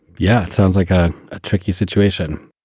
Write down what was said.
yeah, it sounds like a ah tricky situation.